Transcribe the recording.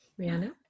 Rihanna